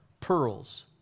pearls